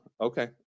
okay